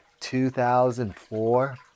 2004